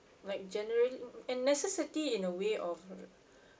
like generally and necessity in a way of